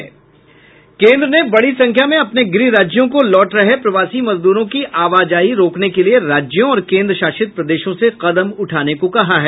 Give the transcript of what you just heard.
केंद्र ने बड़ी संख्या में अपने गृह राज्यों को लौट रहे प्रवासी मजदूरों की आवाजाही रोकने के लिए राज्यों और केन्द्र शासित प्रदेशों से कदम उठाने को कहा है